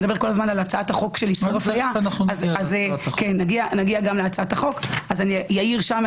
לגבי הצעת החוק נגיע ושם אעיר.